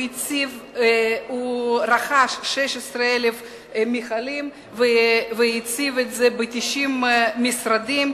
הוא רכש 16,000 מכלים והציב אותם ב-90 משרדים,